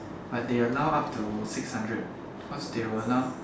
but they allow up to six hundred cause they will allow